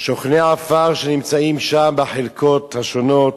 שוכני העפר שנמצאים שם בחלקות השונות,